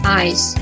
eyes